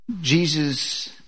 Jesus